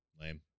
Lame